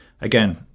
again